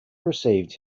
received